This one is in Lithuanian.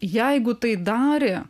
jeigu tai darė